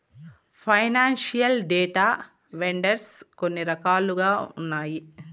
financial data vendors కొన్ని రకాలుగా ఉన్నాయి